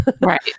Right